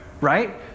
right